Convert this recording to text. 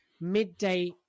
midday